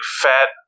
fat